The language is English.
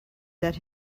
that